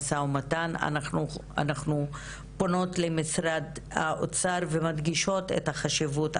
אנחנו פונות למשרד האוצר ומדגישות את החשיבות,